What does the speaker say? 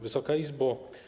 Wysoka Izbo!